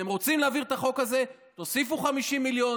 אתם רוצים להעביר את החוק הזה, תוסיפו 50 מיליון.